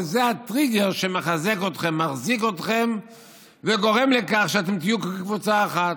וזה הטריגר שמחזיק אתכם וגורם לכך שאתם תהיו קבוצה אחת.